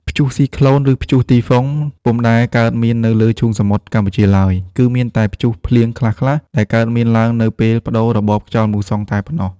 ព្យុះស៊ីក្លូន ឬព្យុះទីហ្វុង ពុំដែលកើតមាននៅលើឈូងសមុទ្រកម្ពុជាឡើយ គឺមានតែព្យុះភ្លៀងខ្លះៗ ដែលកើតមានឡើងនៅពេលប្តូររបបខ្យល់មូសុងតែប៉ុណ្ណោះ។